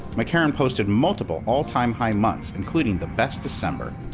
mccarran posted multiple all-time high months including the best december.